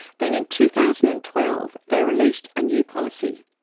then in two thousand and twelve they released a new policy,